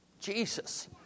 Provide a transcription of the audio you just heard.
Jesus